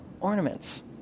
ornaments